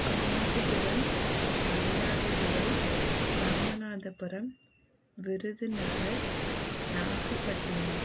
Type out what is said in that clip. Kanchipuram Mayiladuthurai Ramanathapuram Virudhunagar Nagapattinam